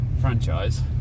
franchise